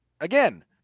Again